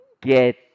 get